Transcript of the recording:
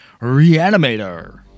Reanimator